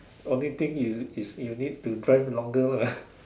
only thing is is you need to drive longer lah